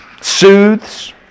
Soothes